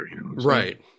Right